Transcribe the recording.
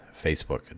Facebook